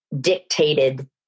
dictated